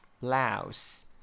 Blouse